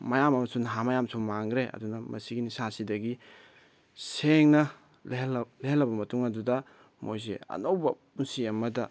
ꯃꯌꯥꯝ ꯑꯃꯁꯨ ꯅꯍꯥ ꯃꯌꯥꯝꯁꯨ ꯃꯥꯡꯈ꯭ꯔꯦ ꯑꯗꯨꯅ ꯃꯁꯤꯒꯤ ꯅꯤꯁꯥ ꯁꯤꯗꯒꯤ ꯁꯦꯡꯅ ꯂꯩꯍꯜꯂꯕ ꯃꯇꯨꯡ ꯑꯗꯨꯗ ꯃꯣꯏꯁꯦ ꯑꯅꯧꯕ ꯄꯨꯟꯁꯤ ꯑꯃꯗ